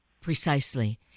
Precisely